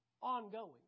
Ongoing